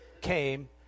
came